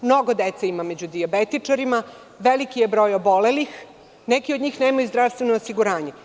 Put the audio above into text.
Mnogo dece ima među dijabetičarima, veliki je broj obolelih, neki od njih nemaju zdravstveno osiguranje.